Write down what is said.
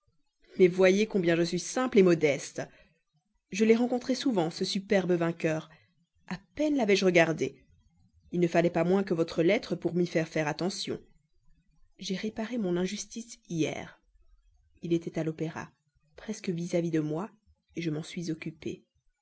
mais voyez combien je suis simple modeste je l'ai rencontré souvent ce superbe vainqueur à peine lavais je regardé il ne fallait pas moins que votre lettre pour m'y faire faire attention j'ai réparé mon injustice hier il était à l'opéra presque vis-à-vis de moi je m'en suis occupée